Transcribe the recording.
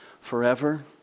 forever